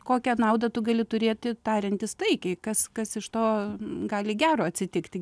kokią naudą tu gali turėti tariantis taikiai kas kas iš to gali gero atsitikti